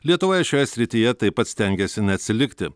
lietuvoje šioje srityje taip pat stengiasi neatsilikti